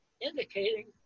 indicating